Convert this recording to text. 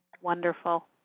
Wonderful